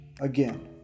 Again